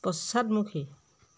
পশ্চাদমুখী